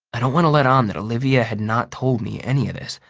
i don't want to let on that olivia had not told me any of this.